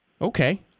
Okay